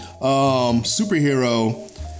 superhero